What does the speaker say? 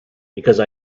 because